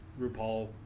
RuPaul